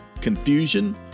confusion